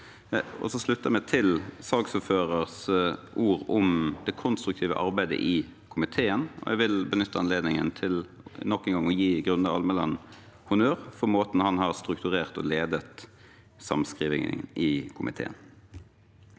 slutte meg til saksordførerens ord om det konstruktive arbeidet i komiteen, og jeg vil benytte anledningen til nok en gang å gi Grunde Almeland honnør for måten han har strukturert og ledet samskrivingen i komiteen.